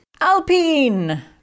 Alpine